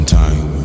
time